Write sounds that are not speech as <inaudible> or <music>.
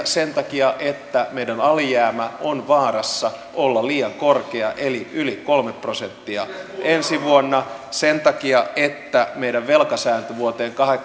<unintelligible> sen takia että meidän alijäämä on vaarassa olla liian korkea eli yli kolme prosenttia ensi vuonna sen takia että meidän velkasääntö vuoteen